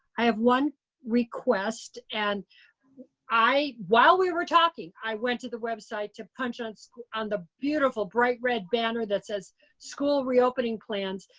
i have one request and while we were talking, i went to the website to punch on school on the beautiful, bright red banner that says school reopening plans,